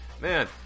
Man